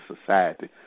society